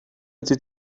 ydy